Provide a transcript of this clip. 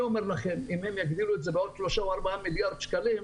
אם הם יגדילו את זה בעוד שלושה או ארבעה מיליארד שקלים,